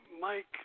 Mike